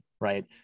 right